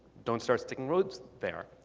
don't start sticking roads there.